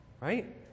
Right